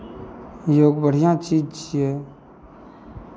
योग बढ़िआँ चीज छियै